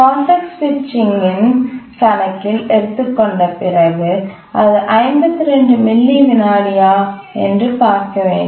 context சுவிட்சிங் கணக்கில் எடுத்துக் கொண்ட பிறகு அது 52 மில்லி விநாடியா என்று பார்க்க வேண்டும்